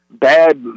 bad